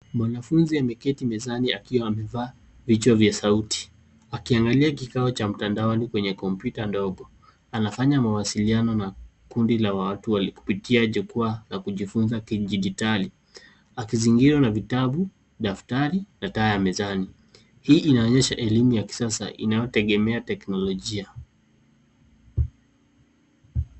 Mwanafunzi ameketi mezani akiwa amevaa vichwa vya sauti akiangalia kikao cha mtandaoni kwenye kompyuta ndogo. Anafanya mawasiliano na kundi la watu kupitia jukwaa na kujifuza kidigitali, akizingirwa na vitabu, daftari na taa ya mezani. Hii inaonyesha elimu ya kisasa inayotegemea teknolojia.